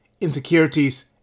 insecurities